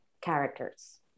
characters